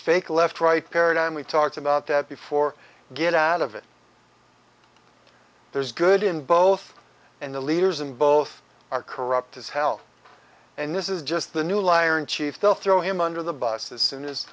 fake left right paradigm we talked about that before get out of it there's good in both and the leaders in both are corrupt as hell and this is just the new liar in chief they'll throw him under the bus